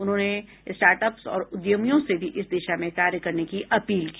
उन्होंने स्टार्टअप्स और उद्यमियों से भी इस दिशा में कार्य करने की अपील की